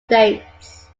dates